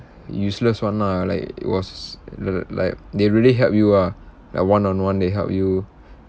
useless one lah like it was l~ like they really help you ah like one on one they help you